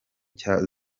cya